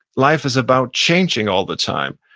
life is about changing all the time.